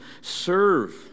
serve